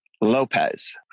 Lopez